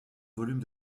volume